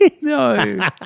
No